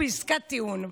בעסקת טיעון.